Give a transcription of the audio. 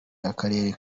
akarere